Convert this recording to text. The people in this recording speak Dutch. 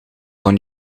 van